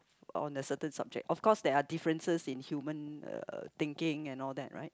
on the certain subject of course there are differences in human uh thinking and all that right